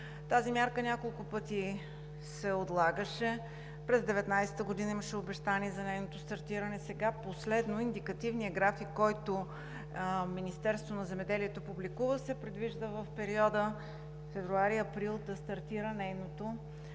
Тази мярка няколко пъти се отлагаше. През 2019 г. имаше обещание за нейното стартиране, сега последно в индикативния график, който Министерството на земеделието публикува, се предвижда в периода февруари – април да стартира приемането